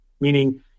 meaning